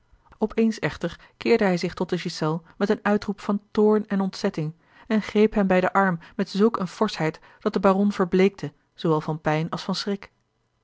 eens echter keerde hij zich tot de ghiselles met een uitroep van toorn en ontzetting en greep hem bij den arm met zulk eene forschheid dat de baron verbleekte zoowel van pijn als van schrik